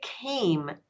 came